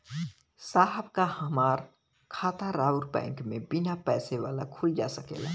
साहब का हमार खाता राऊर बैंक में बीना पैसा वाला खुल जा सकेला?